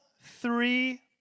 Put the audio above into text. three